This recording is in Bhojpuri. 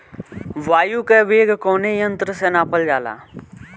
वायु क वेग कवने यंत्र से नापल जाला?